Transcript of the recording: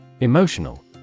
Emotional